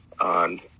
on